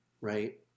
right